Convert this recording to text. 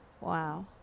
Wow